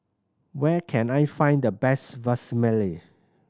where can I find the best Vermicelli